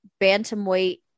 bantamweight